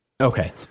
Okay